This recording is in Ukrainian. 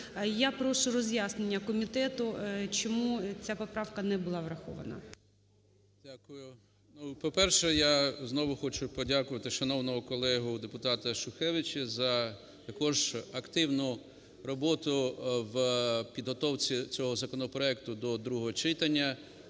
Я прошу роз'яснення комітету, чому ця поправка не була врахована. 13:15:49 НЕМИРЯ Г.М. Дякую. По-перше, я знову хочу подякувати шановного колегу депутата Шухевича за також активну роботу в підготовці цього законопроекту до другого читання.